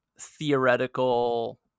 theoretical